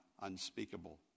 unspeakable